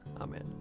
Amen